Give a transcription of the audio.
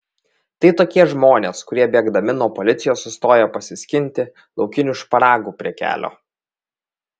tai tokie žmonės kurie bėgdami nuo policijos sustoja pasiskinti laukinių šparagų prie kelio